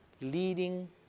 leading